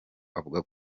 avuga